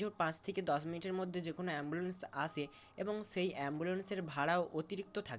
জোর পাঁচ থেকে দশ মিনিটের মধ্যে যে কোনও অ্যাম্বুলেন্স আসে এবং সেই অ্যাম্বুলেন্সের ভাড়াও অতিরিক্ত থাকে